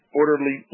orderly